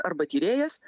arba tyrėjas